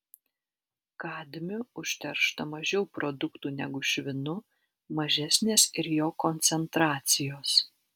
kadmiu užteršta mažiau produktų negu švinu mažesnės ir jo koncentracijos